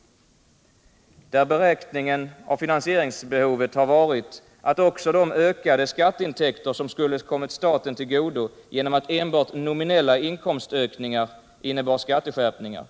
Utgångspunkten för beräkningen av finansieringsbehovet har varit att även de ökade skatteintäkter, som skulle kommit staten till godo genom att enbart nominella inkomstökningar innebar skatteskärpningar,